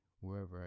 wherever